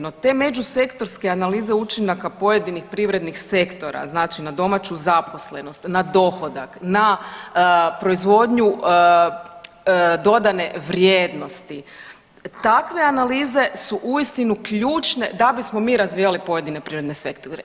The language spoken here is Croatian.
No te međusektorske analize učinaka pojedinih privrednih sektora, znači na domaću zaposlenost, na dohodak, na proizvodnju dodane vrijednosti takve analize su uistinu ključne da bismo mi razvijali pojedine prirodne sektore.